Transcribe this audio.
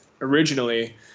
originally